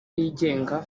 yigenga